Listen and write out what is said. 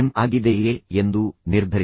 ಆಗಿದೆಯೇ ಎಂದು ನಿರ್ಧರಿಸಿ